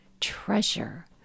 treasure